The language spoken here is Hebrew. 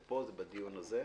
זה בדיון הזה?